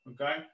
okay